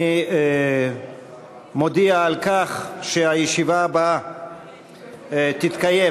אני מודיע שהישיבה הבאה תתקיים